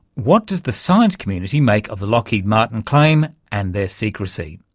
what does the science community make of the lockheed martin claim and their secrecy?